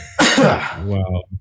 Wow